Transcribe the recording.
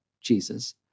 Jesus